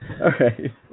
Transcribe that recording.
Okay